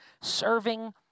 Serving